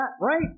right